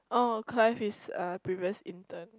oh Clive is a previous intern